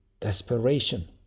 desperation